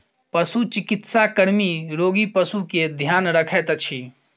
पशुचिकित्सा कर्मी रोगी पशु के ध्यान रखैत अछि